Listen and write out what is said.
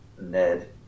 Ned